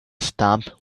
stump